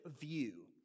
view